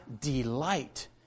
delight